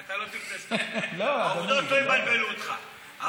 כי העובדות לא יבלבלו אותך.